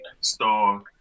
star